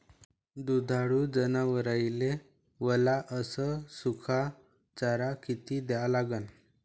दुधाळू जनावराइले वला अस सुका चारा किती द्या लागन?